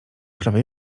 prawie